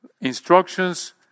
Instructions